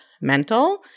mental